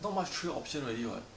not much trail options already [what]